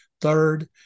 third